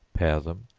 pare them,